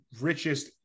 richest